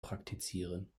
praktizieren